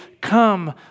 come